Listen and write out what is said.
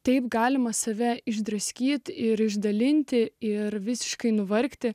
taip galima save išdraskyti ir išdalinti ir visiškai nuvargti